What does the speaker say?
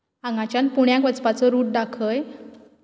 हांगाच्यान पुण्याक वचपाचो रूट दाखय